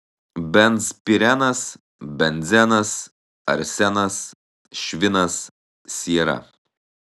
benzpirenas benzenas arsenas švinas siera